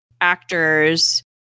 actors